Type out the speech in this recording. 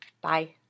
Bye